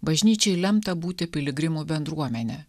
bažnyčiai lemta būti piligrimų bendruomene